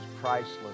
priceless